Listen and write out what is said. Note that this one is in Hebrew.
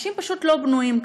אנשים פשוט לא בנויים ככה.